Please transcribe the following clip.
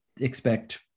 expect